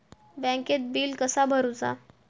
बँकेत बिल कसा भरुचा?